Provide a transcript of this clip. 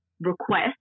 request